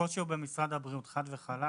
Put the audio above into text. הקושי הוא במשרד הבריאות, חד וחלק.